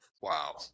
Wow